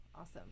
awesome